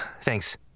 thanks